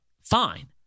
Fine